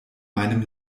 meinem